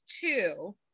two